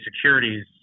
securities